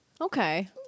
Okay